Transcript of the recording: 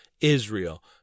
Israel